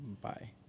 Bye